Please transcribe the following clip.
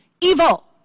evil